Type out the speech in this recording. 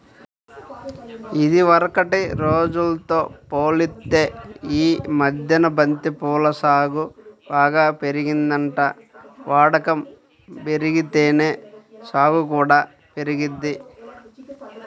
ఇదివరకటి రోజుల్తో పోలిత్తే యీ మద్దెన బంతి పూల సాగు బాగా పెరిగిందంట, వాడకం బెరిగితేనే సాగు కూడా పెరిగిద్ది